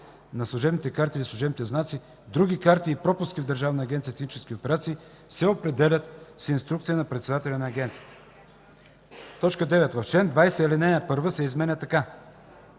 на служебни карти или служебни знаци, други карти и пропуски в Държавна агенция „Технически операции” се определят с инструкция на председателя на агенцията.” 9. В чл. 20 ал. 1 се изменя така: